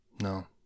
No